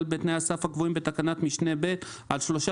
בתנאי הסף הקבועים בתקנת משנה (ב) על שלושה,